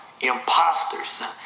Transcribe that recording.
imposters